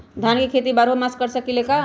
धान के खेती बारहों मास कर सकीले का?